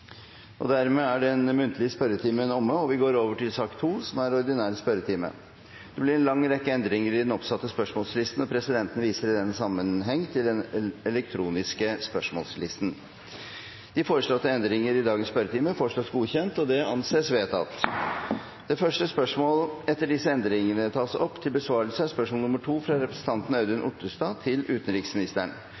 Dermed er den muntlige spørretimen omme. Det blir en lang rekke endringer i den oppsatte spørsmålslisten, og presidenten viser i den sammenheng til den elektroniske spørsmålslisten. De foreslåtte endringer i dagens spørretime foreslås godkjent. – Det anses vedtatt. Endringene var som følger: Spørsmål 1, fra representanten Jan Bøhler til statsministeren, vil bli besvart av helse- og omsorgsministeren. Etter anmodning fra